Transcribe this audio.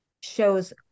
shows